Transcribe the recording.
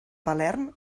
palerm